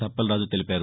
అప్పలరాజు తెలిపారు